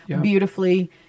beautifully